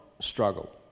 struggle